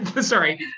Sorry